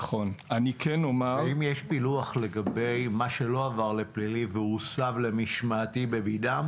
האם יש פילוח לגבי מה שלא עבר לפלילי והוסב למשמעתי בביד"מ?